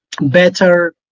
better